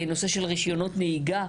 נושא של רישיונות נהיגה.